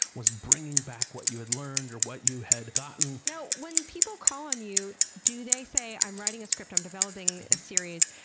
bringing back what you had learned or what you had gotten. now when people call on you, do they say, i'm writing a script. i'm developing a series,